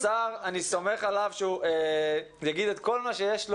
אני סומך עליו שהוא יגיד את כל מה שהוא רוצה.